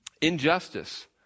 injustice